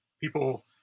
people